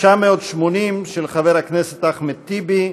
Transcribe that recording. שאילתה 980, של חבר הכנסת אחמד טיבי.